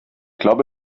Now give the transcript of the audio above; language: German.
glaube